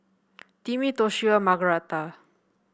Timmy Toshio Margaretha